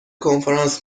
کنفرانس